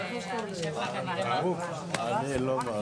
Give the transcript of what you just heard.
הישיבה נעולה.